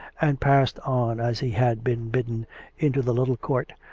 and passed on as he had been bidden into the little court,